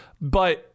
but-